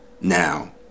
now